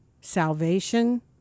salvation